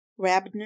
Rabner